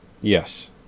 Yes